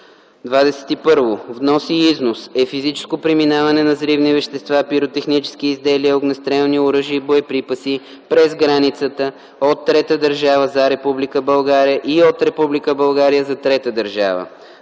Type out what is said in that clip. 21. “Внос и износ” е физическото преминаване на взривни вещества, пиротехнически изделия, огнестрелни оръжия и боеприпаси през границата от трета държава за Република България и